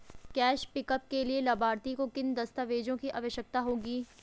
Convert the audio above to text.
Cash pickup के लिए लाभार्थी को किन दस्तावेजों की आवश्यकता होगी?